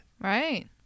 Right